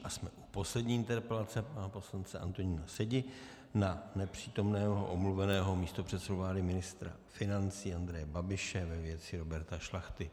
A jsme u poslední interpelace pana poslance Antonína Sedi na nepřítomného omluveného místopředsedu vlády ministra financí Andreje Babiše ve věci Roberta Šlachty.